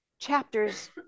Chapters